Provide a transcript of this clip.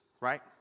right